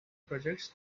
projects